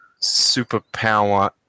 superpower